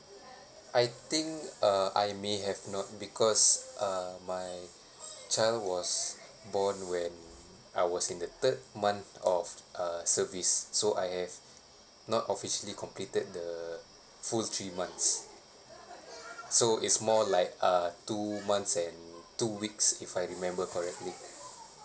I think uh I may have not because uh my child was born when I was in the third month of uh service so I have not officially completed the full three months so it's more like uh two months and two weeks if I remember correctly